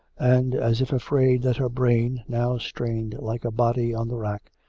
and as if afraid that her brain, now strained like a body on the rack,